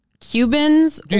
Cubans